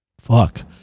Fuck